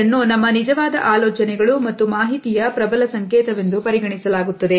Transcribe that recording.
ಇದನ್ನು ನಮ್ಮ ನಿಜವಾದ ಆಲೋಚನೆಗಳು ಮತ್ತು ಮಾಹಿತಿಯ ಪ್ರಬಲ ಸಂಕೇತವೆಂದು ಪರಿಗಣಿಸಲಾಗುತ್ತದೆ